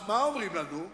אז מה אומרים לנו,